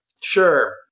Sure